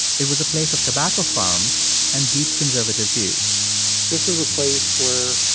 it was a place of tobacco farms and deep conservative views this is a place where,